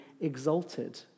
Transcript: exalted